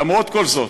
למרות כל זאת,